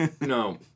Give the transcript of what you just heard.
No